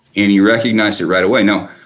and he recognized it right away. now,